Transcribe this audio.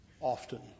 often